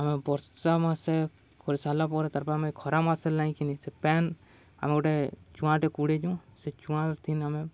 ଆମେ ବର୍ଷା ମାସେ କରି ସାରିଲା ପରେ ତାର୍ପରେ ଆମେ ଖରା ମାସେ ନାଇଁ କିିନି ସେ ପାନ୍ ଆମେ ଗୋଟେ ଚୁଆଁଟେ କୁଡ଼ିଏସୁଁ ସେ ଚୁଆଁ ଥିନ୍ ଆମେ